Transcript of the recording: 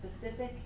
specific